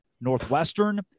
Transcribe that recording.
Northwestern